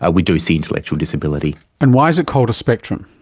ah we do see intellectual disability. and why is it called a spectrum?